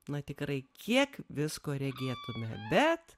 na tikrai kiek visko regėtume bet